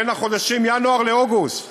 בין החודשים ינואר לאוגוסט